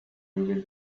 will